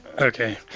okay